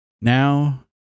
Now